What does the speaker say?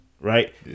right